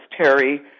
Terry